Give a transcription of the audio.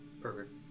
Perfect